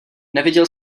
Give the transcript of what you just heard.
neviděl